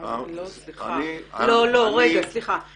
סליחה,